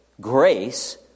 grace